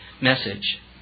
message